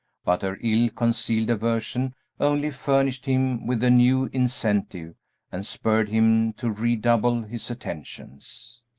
but her ill-concealed aversion only furnished him with a new incentive and spurred him to redouble his attentions.